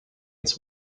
its